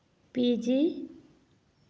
PG